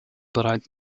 bereits